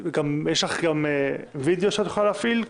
יש לך גם וידאו שאת יכולה להפעיל?